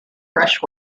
fresh